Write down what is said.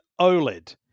OLED